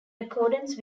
accordance